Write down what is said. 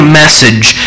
message